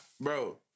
Bro